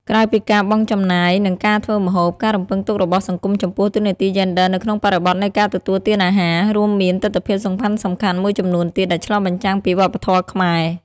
ក្រៅពីការបង់ចំណាយ និងការធ្វើម្ហូប ការរំពឹងទុករបស់សង្គមចំពោះតួនាទីយេនឌ័រនៅក្នុងបរិបទនៃការទទួលទានអាហារ រួមមានទិដ្ឋភាពសំខាន់ៗមួយចំនួនទៀត ដែលឆ្លុះបញ្ចាំងពីវប្បធម៌ខ្មែរ។